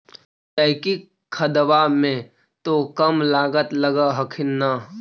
जैकिक खदबा मे तो कम लागत लग हखिन न?